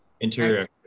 interior